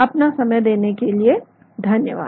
अपना समय देने के लिए धन्यवाद